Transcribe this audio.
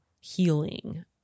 healing